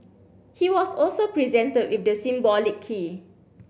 he was also presented with the symbolic key